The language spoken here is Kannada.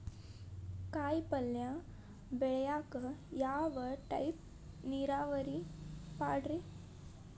ಕಾಯಿಪಲ್ಯ ಬೆಳಿಯಾಕ ಯಾವ ಟೈಪ್ ನೇರಾವರಿ ಪಾಡ್ರೇ?